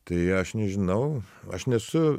tai aš nežinau aš nesu